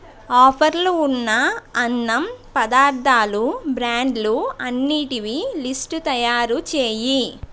ఆఫర్లు ఉన్న అన్నం పదార్థాలు బ్రాండ్లు అన్నిటివి లిస్టు తయారు చేయి